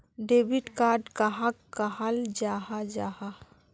Debit card कहाक कहाल जाहा जाहा?